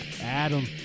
Adam